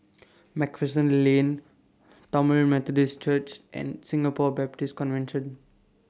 MacPherson Lane Tamil Methodist Church and Singapore Baptist Convention